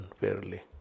fairly